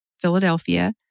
Philadelphia